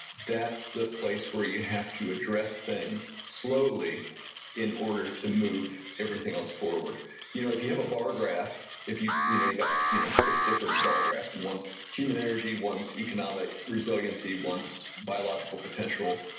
that's the place where you have to address things slowly in order to move everything else forward you know if you have a bar graph, if you've you know got you know six different bar graphs and one's human energy, one's economic resiliency, one's biological potential,